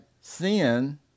sin